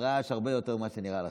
הרעש הוא הרבה יותר ממה שנראה לכם,